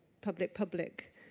public-public